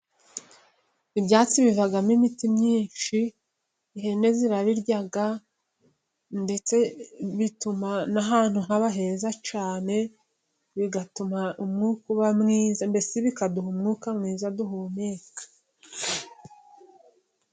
Ibyatsi bivamo imiti myinshi, ihene zirabirya, ndetse bituma n'ahantu haba heza cyane, bigatuma umwuka uba mwiza; mbese bikaduha umwuka mwiza duhumeka.